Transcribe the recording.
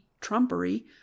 trumpery